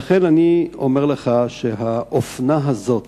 לכן אני אומר לך שהאופנה הזאת